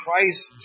Christ